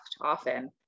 often